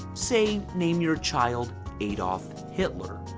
say, name your child adolf hitler,